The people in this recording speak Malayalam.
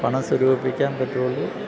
പണം സ്വരൂപിക്കാൻ പറ്റുകയുള്ളൂ